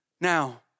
now